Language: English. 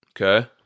Okay